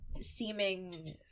seeming